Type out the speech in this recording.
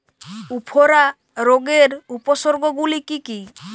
উফরা রোগের উপসর্গগুলি কি কি?